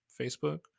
Facebook